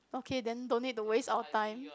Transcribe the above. okay then don't need to waste our time